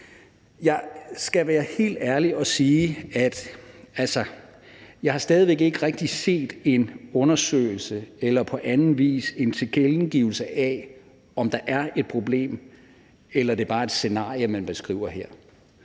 Jeg skal være helt ærlig og sige: Altså, jeg har stadig væk ikke rigtig set en undersøgelse eller på anden vis en tilkendegivelse af, om der er et problem, eller om det bare er et scenarie, man beskriver her.